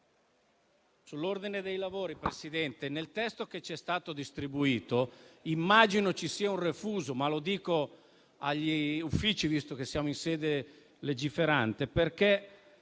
Signor Presidente, nel testo che ci è stato distribuito immagino vi sia un refuso - lo dico agli Uffici, visto che siamo in sede legiferante - perché